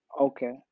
okay